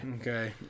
okay